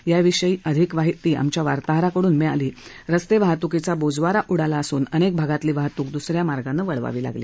याविषयी अधिक माहिती आमच्या वार्ताहराकडून रस्ते वाहतूकीचा बोजवारा उडाला असून अनेक भागातली वाहतूक दुसऱ्या मार्गानं वळवावी लागली